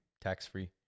tax-free